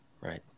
Right